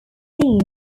dean